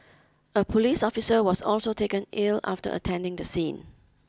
a police officer was also taken ill after attending the scene